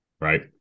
Right